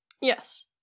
Yes